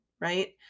right